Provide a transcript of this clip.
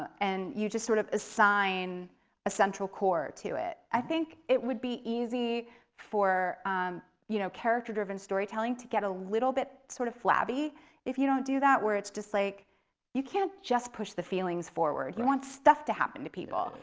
and you just sort of assign a central core to it. i think it would be easy for you know character driven storytelling to get a little bit sort of flabby if you don't do that, where it's like you can't just push the feelings forward. you want stuff to happen to people.